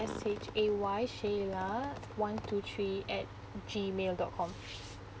S H A Y shayla one two three at gmail dot com